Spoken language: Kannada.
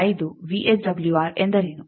5 ವಿಎಸ್ಡಬ್ಲ್ಯೂಆರ್ ಎಂದರೇನು